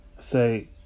say